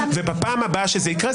בפעם הבאה שזה יקרה,